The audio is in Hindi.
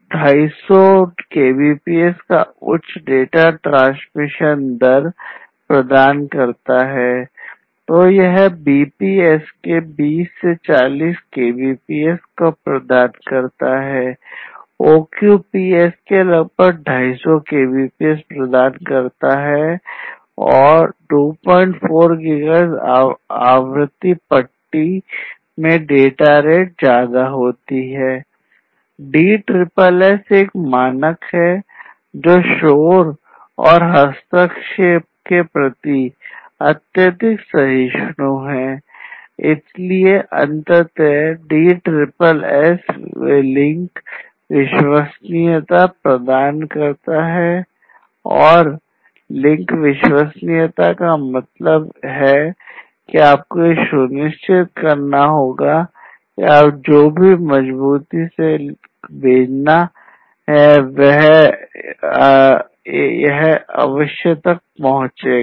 DSSS एक मानक है जो शोर से भेजना है वह यह तक अवश्य पहुंचेगा